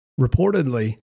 Reportedly